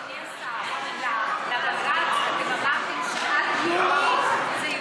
אדוני השר, לבג"ץ אתם אמרתם שעד יוני זה יוגש.